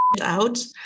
out